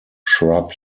shrub